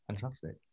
fantastic